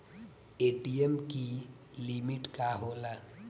ATM की limit का होला?